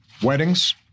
Weddings